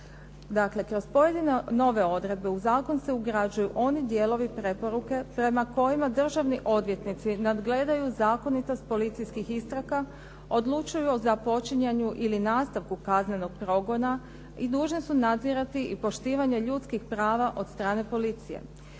kroz pojedine nove odredbe u zakon se ugrađuju oni dijelovi preporuke prema kojima državni odvjetnici nadgledaju zakonitost policijskih istraga, odlučuju o započinjanju ili nastavku kaznenog progona i dužni su nadzirati i poštivanja ljudskih prava od strane policije.